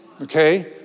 okay